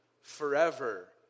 forever